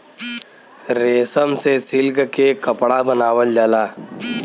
रेशम से सिल्क के कपड़ा बनावल जाला